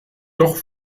doch